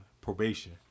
Probation